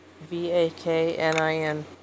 V-A-K-N-I-N